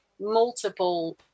multiple